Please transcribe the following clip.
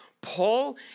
Paul